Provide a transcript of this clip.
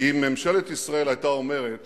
אם ממשלת ישראל היתה אומרת